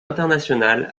internationale